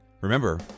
Remember